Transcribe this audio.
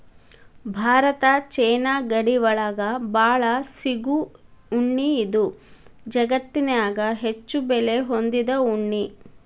Bharat China ಗಡಿ ಒಳಗ ಬಾಳ ಸಿಗು ಉಣ್ಣಿ ಇದು ಜಗತ್ತನ್ಯಾಗ ಹೆಚ್ಚು ಬೆಲೆ ಹೊಂದಿದ ಉಣ್ಣಿ